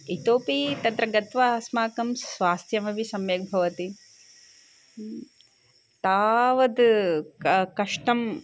इतोऽपि तत्र गत्वा अस्माकं स्वास्थ्यम् अपि सम्यक् भवति तावत् कः कष्टं